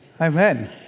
Amen